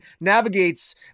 navigates